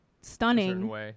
stunning